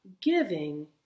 giving